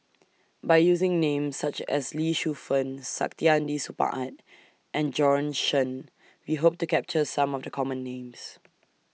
By using Names such as Lee Shu Fen Saktiandi Supaat and Bjorn Shen We Hope to capture Some of The Common Names